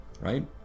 right